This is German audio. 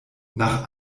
nach